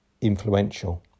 influential